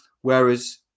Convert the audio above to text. Whereas